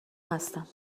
هستم